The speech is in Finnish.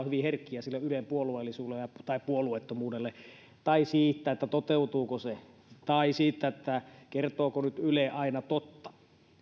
hyvin herkkiä sille ylen puolueellisuudelle tai puolueettomuudelle tai sille toteutuuko se tai sille kertooko nyt yle aina totta